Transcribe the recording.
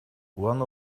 one